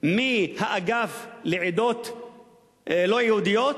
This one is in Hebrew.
מהאגף לעדות לא-יהודיות,